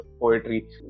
poetry